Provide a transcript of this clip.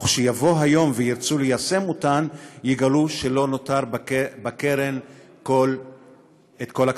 וכשיבוא היום וירצו ליישם אותן יגלו שלא נותרו בקרן כל הכספים.